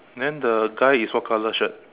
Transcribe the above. then the guy is what color shirt